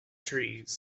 trees